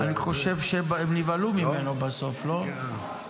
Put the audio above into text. אני חושב שהם נבהלו ממנו בסוף, לא?